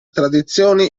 tradizioni